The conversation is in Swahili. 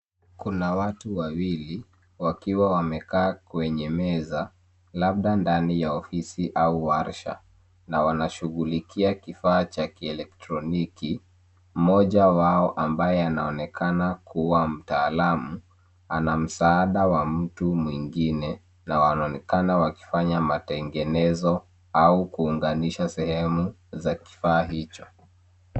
Kuna watu wawili, wakiwa wamekaa kwenye meza, labda ndani ya ofisi au washa na wanashughulikia kifaa cha kielektroniki. Mmoja wao ambaye anaonekana kuwa mtaalam ana msaada wa mtu mwingine na wanaonekana wakifanya matengenezo au kuunganisha sehemu za kifaa hicho.